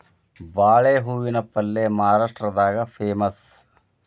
ಬಾಳೆ ಹೂವಿನ ಪಲ್ಯೆ ಮಹಾರಾಷ್ಟ್ರದಾಗ ಪೇಮಸ್